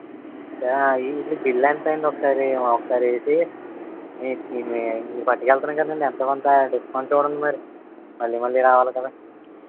ఆ వీటికి బిల్ ఎంత అయిందో ఒకసారి ఒకసారి వేసి ఇ ఇన్ని పట్టుకెళ్తున్నాము కదండి ఎంతో కొంత డిస్కౌంట్ చూడండి మరి మళ్ళీ మళ్ళీ రావాలి కదా